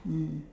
mm